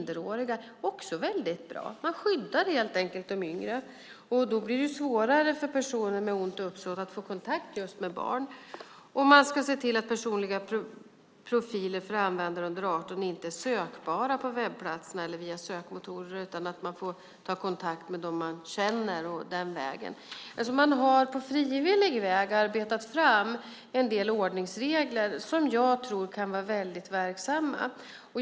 Det är också väldigt bra. Man skyddar helt enkelt de yngre. Då blir det svårare för personer med ont uppsåt att få kontakt just med barn. Man ska se till att personliga profiler för användare under 18 år inte är sökbara på webbplatserna eller via sökmotorer, utan man får ta kontakt med dem man känner. Man har på frivillig väg arbetat fram en del ordningsregler som jag tror kan vara väldigt verksamma.